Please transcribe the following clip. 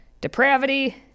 Depravity